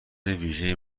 ویژه